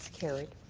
carried,